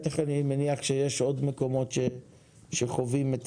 אני מניח שיש עוד מקומות בהם חווים את